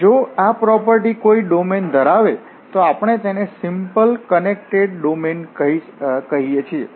જો આ પ્રોપર્ટી કોઈ ડોમેનમાં ધરાવે છે તો આપણે તેને એક સિમ્પલ કનેકટેડ ડોમેન કહીએ છીએ